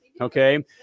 okay